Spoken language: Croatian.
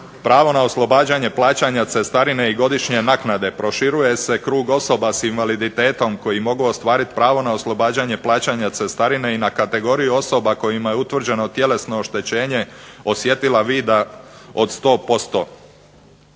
Pravo na oslobađanje plaćanja cestarine i godišnje naknade proširuje se krug osoba s invaliditetom koji mogu ostvariti pravo na oslobađanje plaćanja cestarine i na kategoriju osoba kojima je utvrđeno tjelesno oštećenje, osjetila vida od 100%.